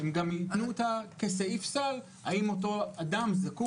הם גם יטענו כסעיף סל האם אותו אדם זקוק